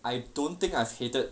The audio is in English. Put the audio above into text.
I don't think I've hated